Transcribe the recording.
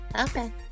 Okay